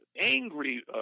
angry